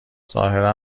ظاهر